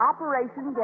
Operation